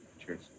Cheers